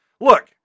Look